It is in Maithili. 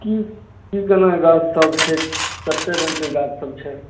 की की केना गाछ सब छै कते रङ्गके गाछ सब छै